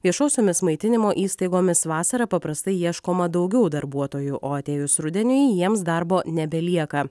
viešosiomis maitinimo įstaigomis vasarą paprastai ieškoma daugiau darbuotojų o atėjus rudeniui jiems darbo nebelieka